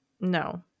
no